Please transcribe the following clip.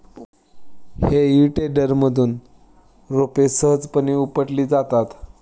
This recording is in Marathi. हेई टेडरमधून रोपे सहजपणे उपटली जातात